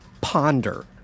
ponder